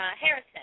Harrison